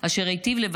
היא שכחה שהיא חצי